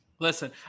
Listen